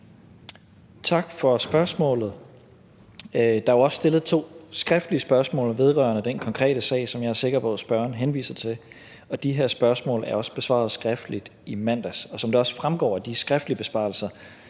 Tak for spørgsmålet. Der er jo også stillet to skriftlige spørgsmål vedrørende den konkrete sag, som jeg er sikker på spørgeren henviser til, og de spørgsmål er besvaret skriftligt i mandags. Som det også fremgår af de skriftlige besvarelser,